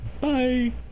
bye